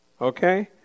Okay